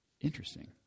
Interesting